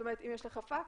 זאת אומרת, אם יש לך פקס,